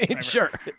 Sure